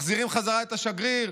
מחזירים בחזרה את השגריר.